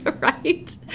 Right